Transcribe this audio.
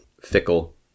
fickle